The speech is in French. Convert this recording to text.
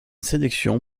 sélection